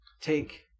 take